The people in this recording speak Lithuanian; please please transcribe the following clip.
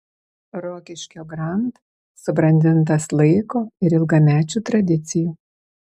rokiškio grand subrandintas laiko ir ilgamečių tradicijų